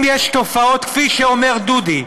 אם יש תופעות, כפי שאומר דודי,